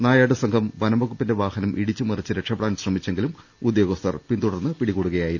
നായാട്ടു സംഘം വനംവകുപ്പിന്റെ വാഹനം ഇടിച്ചുമറിച്ച് രക്ഷപ്പെടാൻ ശ്രമിച്ചെങ്കിലും ഉദ്യോഗസ്ഥർ പിടി കൂടുകയായിരുന്നു